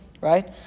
right